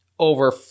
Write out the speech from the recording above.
over